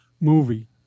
movie